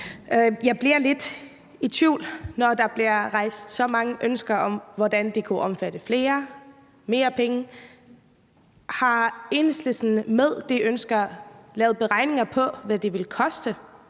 Jeg bliver lidt i tvivl, når der bliver rejst så mange ønsker om, at det kunne omfatte flere, og om flere penge. Har Enhedslisten med de ønsker lavet beregninger på, hvad det ville koste